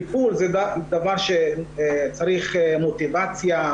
תפעול זה דבר שצריך מוטיבציה,